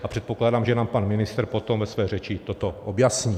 A předpokládám, že nám pan ministr potom ve své řeči toto objasní.